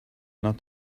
not